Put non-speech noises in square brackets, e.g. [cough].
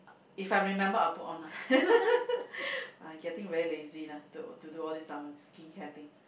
If I remember I'll put on lah [laughs] I getting very lazy lah to to do all these type of skincare thing